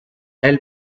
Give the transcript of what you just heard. elle